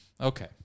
Okay